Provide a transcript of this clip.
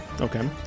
Okay